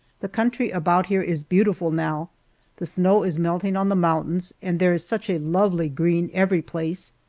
the country about here is beautiful now the snow is melting on the mountains, and there is such a lovely green every place,